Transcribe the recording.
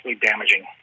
damaging